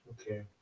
Okay